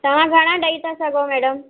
तव्हां घणा ॾेई त सघो मैडम